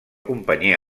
companyia